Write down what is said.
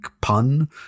pun